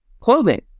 clothing